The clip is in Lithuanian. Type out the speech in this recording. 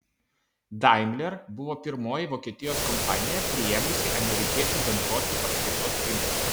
daimler buvo pirmoji vokietijos kompanija priėmusi amerikiečių bendruosius apskaitos principus